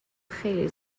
خیلی